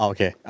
Okay